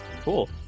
Cool